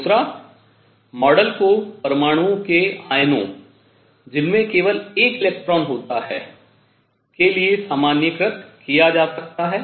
दूसरा मॉडल को परमाणुओं के आयनों जिनमें केवल एक इलेक्ट्रॉन होता है के लिए सामान्यीकृत किया जा सकता है